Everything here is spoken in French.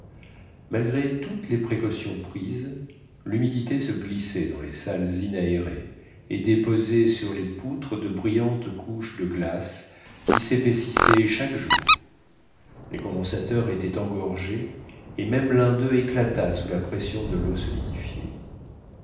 malgré toutes les précautions prises l'humidité se glissait dans les salles inaérées et déposait sur les poutres de brillantes couches de glace qui s'épaississaient chaque jour les condensateurs étaient engorgés et même l'un d'eux éclata sous la pression de l'eau solidifiée